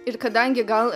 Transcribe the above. ir kadangi gal